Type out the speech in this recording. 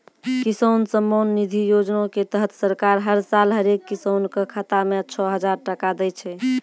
किसान सम्मान निधि योजना के तहत सरकार हर साल हरेक किसान कॅ खाता मॅ छो हजार टका दै छै